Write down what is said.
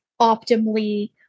optimally